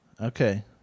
Okay